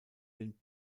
den